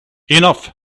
enough